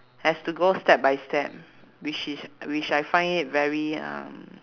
has to go step by step which is which I find it very um